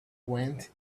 went